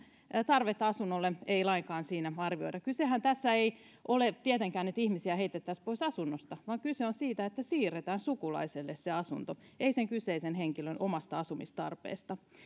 tarvetta asunnolle ei lainkaan siinä arvioida kysehän tässä ei ole tietenkään siitä että ihmisiä heitettäisiin pois asunnosta kyse on siitä että siirretään sukulaiselle se asunto ei sen kyseisen henkilön omasta asumistarpeesta